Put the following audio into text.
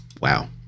wow